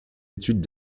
études